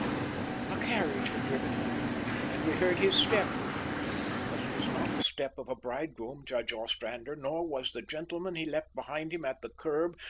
a carriage had driven up and we heard his step but it was not the step of a bridegroom, judge ostrander, nor was the gentleman he left behind him at the kerb,